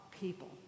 people